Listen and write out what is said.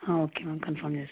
okay ma'am confirm చేస్తాను